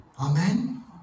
Amen